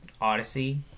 Odyssey